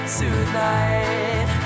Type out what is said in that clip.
tonight